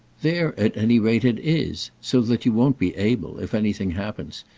there at any rate it is so that you won't be able, if anything happens,